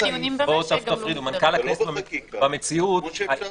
כשמדברים